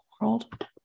world